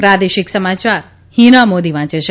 પ્રાદેશિક સમાચાર હિના મોદી વાંચે છે